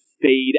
fade